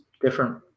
different